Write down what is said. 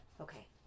Okay